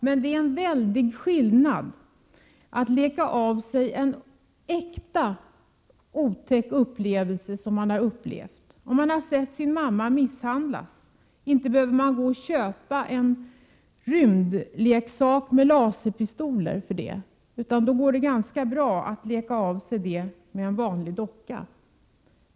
Men det är en väldig skillnad mellan att leka av sig det kommersiella våldet och en äkta otäck upplevelse. Om ett barn t.ex. sett sin mamma bli misshandlad, behöver man inte gå och köpa en rymdleksak med laserpistoler för att barnet skall leka av sig den upplevelsen, utan det går bra med en vanlig docka.